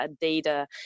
data